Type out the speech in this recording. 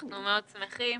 אנחנו מאוד שמחים.